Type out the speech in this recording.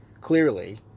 clearly